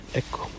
ecco